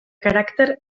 caràcter